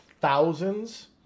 thousands